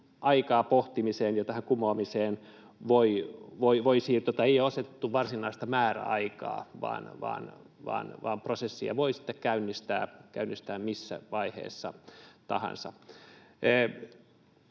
aikaa pohtimiseen ja tähän kumoamiseen — ei ole asetettu varsinaista määräaikaa, vaan prosessin voi sitten käynnistää missä vaiheessa tahansa.